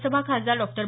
राज्यसभा खासदार डॉ